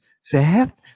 Seth